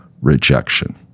rejection